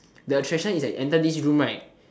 the attraction is like you enter this room right